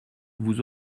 vous